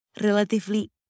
relatively